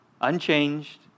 unchanged